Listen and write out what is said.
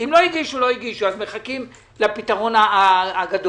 אם לא הגישו לא הגישו מחכים לפתרון הגדול.